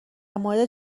مورد